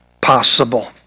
possible